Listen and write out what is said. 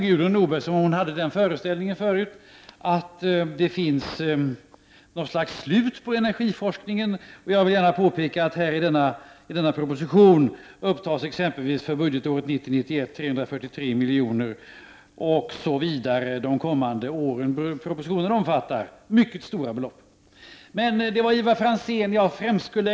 Gudrun Norberg tycktes ha den föreställningen att det fanns något slags slut på energiforskningen. Låt mig påpeka att i denna proposition upptas för budgetåret 1990/91 hela 343 milj.kr. för energiforskning. Även för åren därefter är beloppen för detta ändamål mycket stora.